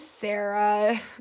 sarah